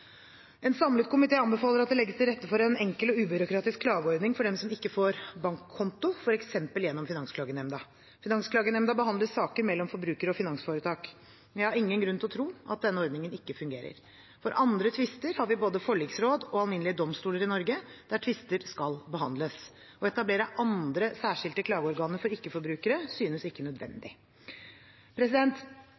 En samlet komité anbefaler at det legges til rette for en enkel og ubyråkratisk klageordning for dem som ikke får bankkonto, f.eks. gjennom Finansklagenemnda. Finansklagenemnda behandler saker mellom forbrukere og finansforetak. Jeg har ingen grunn til å tro at denne ordningen ikke fungerer. For andre tvister har vi både forliksråd og alminnelige domstoler i Norge, der tvister skal behandles. Å etablere andre, særskilte klageorganer for ikke-forbrukere synes ikke